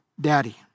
daddy